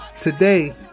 today